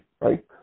right